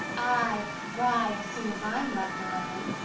i cry as soon as i'm left alone.